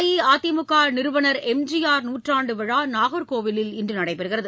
அஇஅதிமுக நிறுவனர் எம்ஜிஆர் நூற்றாண்டு விழா நாகர்கோவிலில் இன்று நடைபெறுகிறது